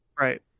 right